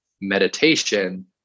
meditation